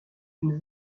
une